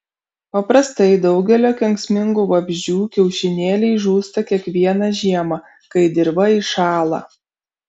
paprastai daugelio kenksmingų vabzdžių kiaušinėliai žūsta kiekvieną žiemą kai dirva įšąla